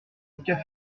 café